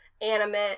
animate